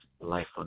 life